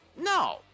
No